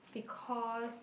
because